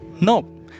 No